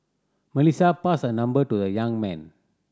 Melissa passed her number to the young man